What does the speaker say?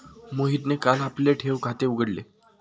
मोहितने काल आपले ठेव खाते उघडले